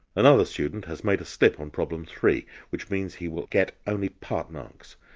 another student has made a slip on problem three which means he will get only part marks,